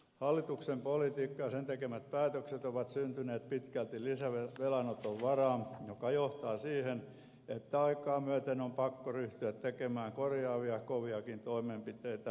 hallituksen politiikka ja sen tekemät päätökset ovat syntyneet pitkälti lisävelanoton varaan joka johtaa siihen että aikaa myöten on pakko ryhtyä tekemään koviakin korjaavia toimenpiteitä